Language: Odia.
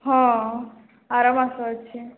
ହଁ ଆର ମାସ ଅଛି